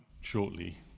shortly